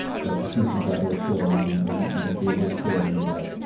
got to see some broadway shows and and and and do a little tour of new york.